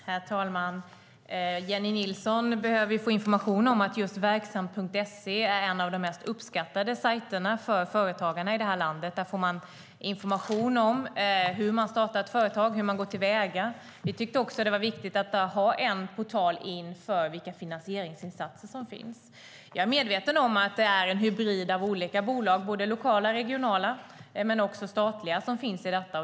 Herr talman! Jennie Nilsson behöver få information om att just verksamt.se är en av de mest uppskattade sajterna för företagarna i det här landet. Där får man information om hur man startar ett företag och hur man går till väga. Vi tyckte att det var viktigt att ha en portal in för vilka finansieringsinsatser som finns. Jag är medveten om att det är en hybrid av olika bolag - lokala och regionala men också statliga - som finns i detta.